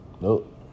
Nope